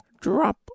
Drop